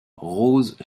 rose